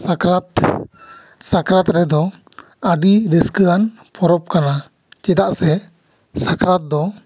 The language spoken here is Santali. ᱥᱟᱠᱨᱟᱛ ᱥᱟᱠᱨᱟᱛ ᱨᱮᱫᱚ ᱟᱹᱰᱤ ᱨᱟᱹᱥᱠᱟᱹ ᱟᱱ ᱯᱚᱨᱚᱵᱽ ᱠᱟᱱᱟ ᱪᱮᱫᱟᱜ ᱥᱮ ᱥᱟᱠᱨᱟᱛ ᱫᱚ